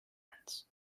weekends